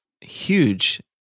huge